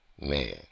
Man